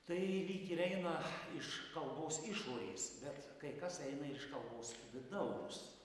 tai lyg ir eina iš kalbos išorės bet kai kas eina iš kalbos vidaus